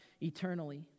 eternally